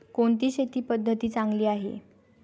कोणती शेती पद्धती चांगली आहे?